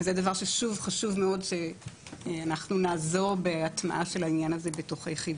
וזה דבר חשוב מאוד שאנחנו נעזור בהטמעתו בתוך היחידות.